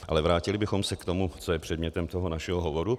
Ale vrátili bychom se k tomu, co je předmětem toho našeho hovoru.